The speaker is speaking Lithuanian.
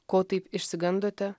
ko taip išsigandote